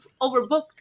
overbooked